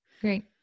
great